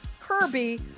Kirby